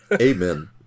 Amen